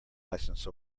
license